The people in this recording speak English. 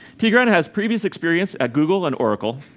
tigran has previous experience at google and oracle,